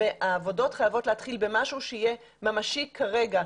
העבודות צריכות להתחיל במשהו שיהיה ממשי כרגע,